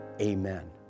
amen